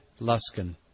Luskin